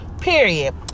Period